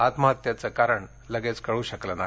आत्महत्येचं कारण लगेच कळू शकलं नाही